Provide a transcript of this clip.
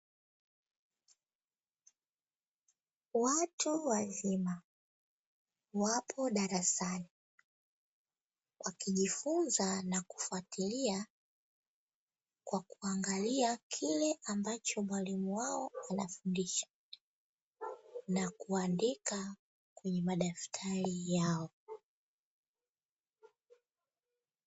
Watu wazima wapo darasani, wakijifunza na kufuatilia kwa kuangalia kile ambacho mwalimu wao anafundisha na kuandika kwenye madaftari yao.